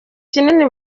kinini